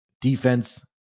Defense